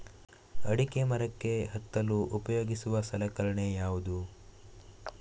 ಅಡಿಕೆ ಮರಕ್ಕೆ ಹತ್ತಲು ಉಪಯೋಗಿಸುವ ಸಲಕರಣೆ ಯಾವುದು?